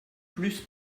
plus